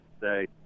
say